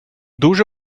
дуже